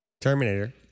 Terminator